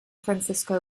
francisco